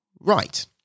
right